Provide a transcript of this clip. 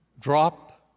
drop